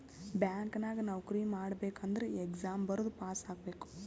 bank ನಾಗ್ ನೌಕರಿ ಮಾಡ್ಬೇಕ ಅಂದುರ್ ಎಕ್ಸಾಮ್ ಬರ್ದು ಪಾಸ್ ಆಗ್ಬೇಕ್